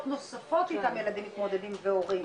נוספות שאיתם ילדים מתמודדים והורים,